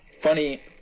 funny